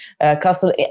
castle